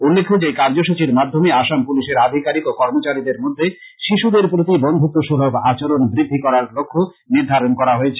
উল্লেখ্য যে এই কার্যসূচীর মাধ্যমে আসাম পুলিশের আধিকারিক ও কর্মচারীদের মধ্যে শিশুদের প্রতি বন্ধুত্ব সুলভ আচরণ বৃদ্ধি করার লক্ষ্য নির্ধারণ করা হয়েছে